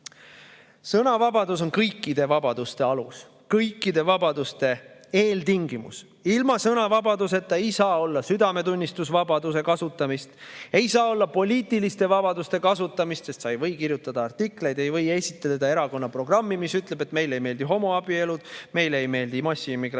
Sõnavabadus on kõikide vabaduste alus, kõikide vabaduste eeltingimus. Ilma sõnavabaduseta ei saa olla südametunnistusevabaduse kasutamist ega poliitiliste vabaduste kasutamist, sest sa ei või kirjutada artikleid, ei või esitada erakonna programmi, mis ütleb, et meile ei meeldi homoabielud, meile ei meeldi massiimmigratsioon